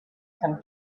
come